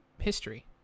history